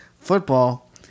football